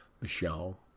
Michelle